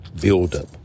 buildup